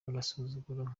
agasuzuguro